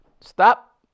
Stop